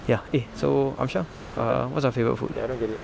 ya eh so amshar ah what's your favourite food